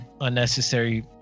unnecessary